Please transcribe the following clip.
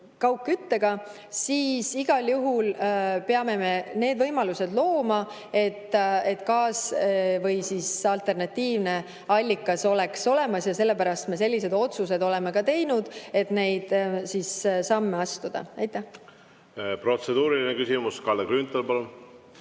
siis igal juhul peame need võimalused looma, et gaas või alternatiivne allikas oleks olemas. Sellepärast me sellised otsused oleme ka teinud, et neid samme astuda.